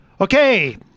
Okay